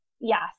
Yes